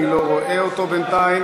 אני לא רואה אותו בינתיים.